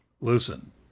Listen